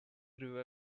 grew